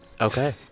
Okay